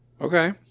Okay